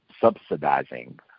subsidizing